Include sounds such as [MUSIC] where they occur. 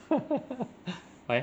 [LAUGHS] why